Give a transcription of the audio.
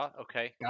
Okay